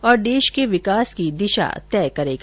और देश के विकास की दिशा तय करेगा